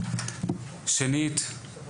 שנית,